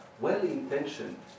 well-intentioned